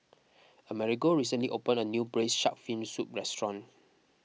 Amerigo recently opened a new Braised Shark Fin Soup restaurant